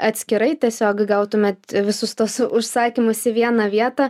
atskirai tiesiog gautumėt visus tuos užsakymus į vieną vietą